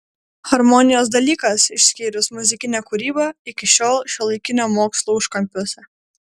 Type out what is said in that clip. harmonijos dalykas išskyrus muzikinę kūrybą iki šiol šiuolaikinio mokslo užkampiuose